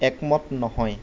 একমত নহয়